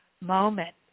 moment